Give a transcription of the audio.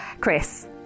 chris